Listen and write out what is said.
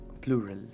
plural